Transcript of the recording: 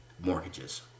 mortgages